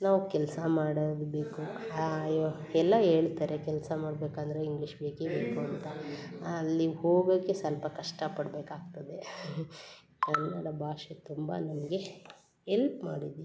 ನಾವು ಕೆಲಸ ಮಾಡೋದು ಬೇಕು ಆಯೋ ಎಲ್ಲ ಹೇಳ್ತಾರೆ ಕೆಲಸ ಮಾಡಬೇಕಾದ್ರೆ ಇಂಗ್ಲೀಷ್ ಬೇಕೇ ಬೇಕು ಅಂತ ನೀವು ಹೋಗೋಕೆ ಸ್ವಲ್ಪ ಕಷ್ಟಪಡಬೇಕಾಗ್ತದೆ ಕನ್ನಡ ಭಾಷೆ ತುಂಬ ನಮಗೆ ಎಲ್ಪ್ ಮಾಡಿದೆ